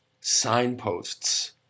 signposts